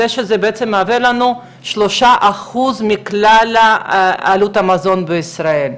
שזה בעצם מהווה 3% מכלל עלות המזון בישראל.